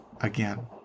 again